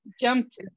Jumped